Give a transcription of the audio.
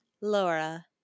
Laura